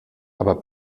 aber